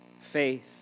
faith